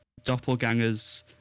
doppelgangers